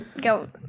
Go